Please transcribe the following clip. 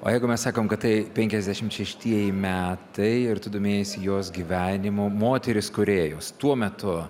o jeigu mes sakom kad tai penkiasdešim šeštieji metai ir tu domėjaisi jos gyvenimo moterys kūrėjos tuo metu